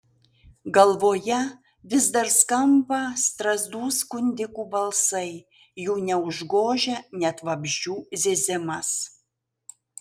galvoje vis dar skamba strazdų skundikų balsai jų neužgožia net vabzdžių zyzimas